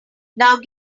now